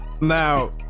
now